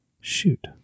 Shoot